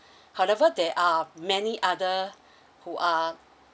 however there are many other who are